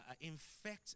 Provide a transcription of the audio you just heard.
infect